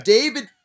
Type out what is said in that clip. David